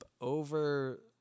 over